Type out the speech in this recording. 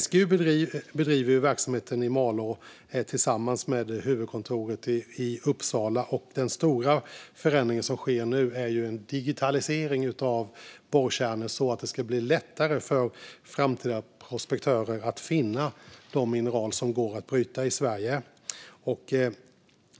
SGU bedriver verksamheten i Malå tillsammans med huvudkontoret i Uppsala, och den stora förändring som sker nu är att man genomför en digitalisering av borrkärnor så att det ska bli lättare för framtida prospektörer att finna de mineral som går att bryta i Sverige.